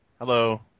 Hello